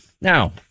Now